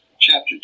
chapter